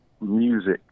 music